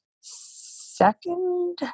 second